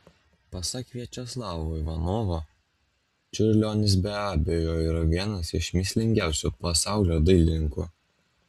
pasak viačeslavo ivanovo čiurlionis be abejo yra vienas iš mįslingiausių pasaulio dailininkų